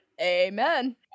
Amen